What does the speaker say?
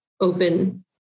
open